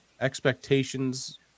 Expectations